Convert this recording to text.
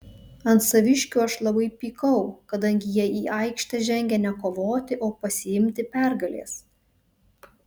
ant saviškių aš labai pykau kadangi jie į aikštę žengė ne kovoti o pasiimti pergalės